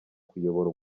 kuyobora